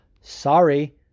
sorry